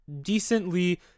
decently